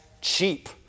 cheap